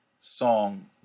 song